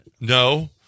No